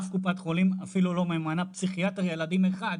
אף קופת חולים אפילו לא ממנה פסיכיאטר ילדים אחד,